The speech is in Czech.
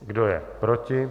Kdo je proti?